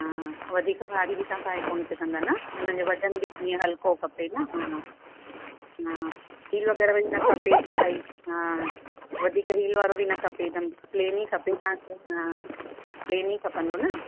हा वधीक भारी बि तव्हां उठाए कोन सघंदा न उन जो वज़न बि जीअं हलिको खपे न हा न हील वग़ैरह बि न खपे जीअं भई हा वधीक हील वारो बि न खपे हिकदमु प्लेन ई खपे तव्हांखे हा प्लेन ई खपंदो न